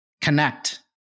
Connect